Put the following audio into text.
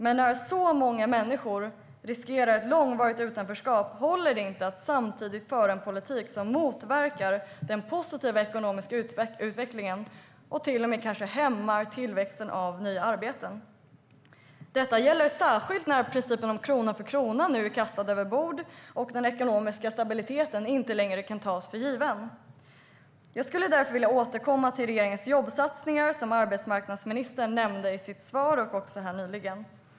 Men när så många människor riskerar ett långvarigt utanförskap håller det inte att samtidigt föra en politik som motverkar den positiva ekonomiska utvecklingen och till och med kanske hämmar tillväxten av nya arbeten. Detta gäller särskilt när principen om krona för krona nu är kastad över bord och den ekonomiska stabiliteten inte längre kan tas för given. Jag skulle därför vilja återkomma till regeringens jobbsatsningar som arbetsmarknadsministern nämnde i sitt svar och även i sitt senare inlägg.